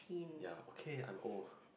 ya okay I'm old